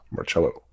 Marcello